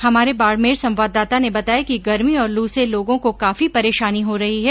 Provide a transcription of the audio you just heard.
हमारे बाडमेर संवाददाता ने बताया कि गर्मी और ल से लोगों को काफी परेशानी हो रही है